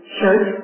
shirt